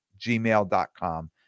gmail.com